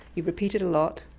you repeat it a lot,